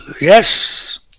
yes